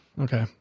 Okay